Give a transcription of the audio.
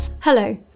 Hello